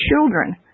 children